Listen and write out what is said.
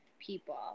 people